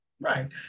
Right